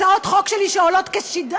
הצעות חוק שלי שעולות כסדרה,